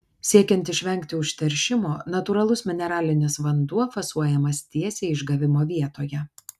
siekiant išvengti užteršimo natūralus mineralinis vanduo fasuojamas tiesiai išgavimo vietoje